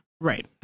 Right